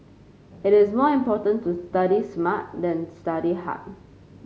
it is more important to study smart than study hard